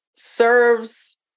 serves